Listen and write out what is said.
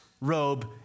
robe